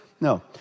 No